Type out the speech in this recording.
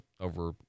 over